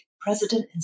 President